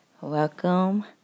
welcome